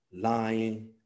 lying